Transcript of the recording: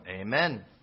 amen